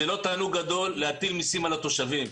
זה לא תענוג גדול להטיל מיסים על התושבים.